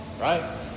right